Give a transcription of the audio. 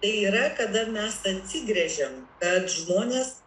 yra kada mes atsigręžiau bet žmonės